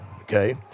okay